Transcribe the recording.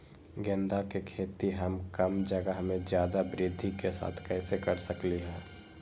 गेंदा के खेती हम कम जगह में ज्यादा वृद्धि के साथ कैसे कर सकली ह?